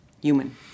human